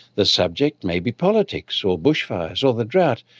the subject may be politics or bushfires or the drought.